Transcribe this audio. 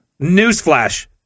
newsflash